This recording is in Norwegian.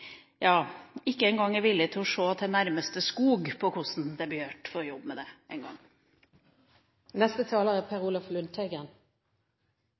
ikke engang er villig til å se til nærmeste skog og på hvordan det blir gjort der, for å jobbe med det.